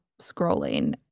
scrolling